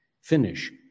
finish